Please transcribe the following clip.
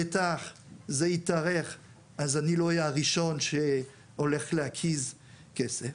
בטח זה יתארך אז אני לא אהיה הראשון שהולך להקיז כסף,